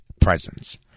presence